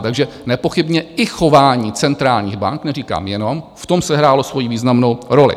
Takže nepochybně i chování centrálních bank, neříkám jenom, v tom sehrálo svoji významnou roli.